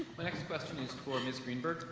my next question is for miss greenberg.